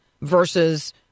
versus